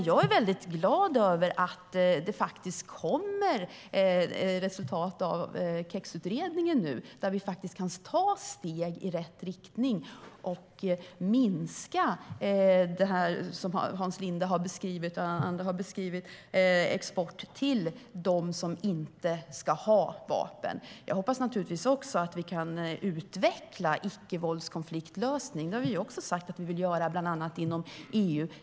Jag är glad över att det kommer resultat av KEX-utredningen nu, där vi kan ta steg i rätt riktning och minska det som Hans Linde och andra har beskrivit: export till dem som inte ska ha vapen. Jag hoppas naturligtvis också att vi kan utveckla icke-våldskonfliktlösning; det har vi också sagt att vi vill göra bland annat inom EU.